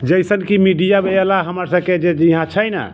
जैसन कि मीडियाके बला हमरा सभके यहाँ छै नहि